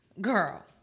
Girl